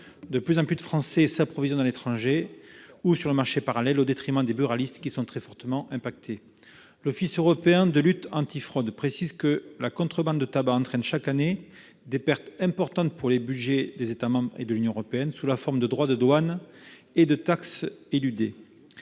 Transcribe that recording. de plus en plus de Français s'approvisionnent à l'étranger ou sur le marché parallèle au détriment des buralistes, très fortement affectés. L'Office européen de lutte antifraude, ou OLAF, précise que la contrebande de tabac entraîne chaque année des pertes importantes pour les budgets des États membres et de l'Union européenne, sous la forme de droits de douane et de taxes éludés.